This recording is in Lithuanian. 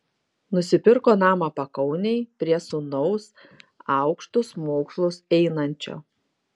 nusipirko namą pakaunėj prie sūnaus aukštus mokslus einančio